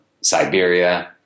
Siberia